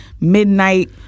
Midnight